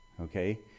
okay